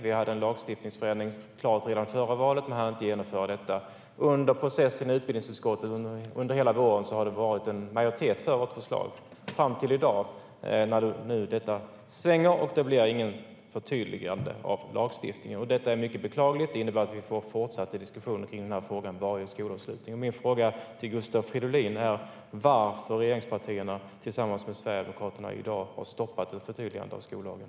Vi hade en lagstiftningsförändring klar redan före valet men hann inte genomföra den. Under processen i utbildningsutskottet under hela våren har det varit en majoritet för vårt förslag fram till i dag, när det svänger och det inte blir något förtydligande av lagstiftningen. Det är mycket beklagligt. Det innebär att vi får fortsatta diskussioner kring den här frågan varje skolavslutning. Min fråga till Gustav Fridolin är: Varför har regeringspartierna tillsammans med Sverigedemokraterna i dag stoppat ett förtydligande av skollagen?